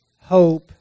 hope